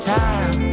time